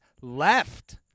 left